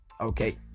okay